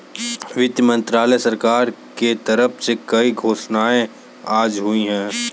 वित्त मंत्रालय, भारत सरकार के तरफ से कई घोषणाएँ आज हुई है